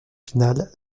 finale